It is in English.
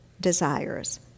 desires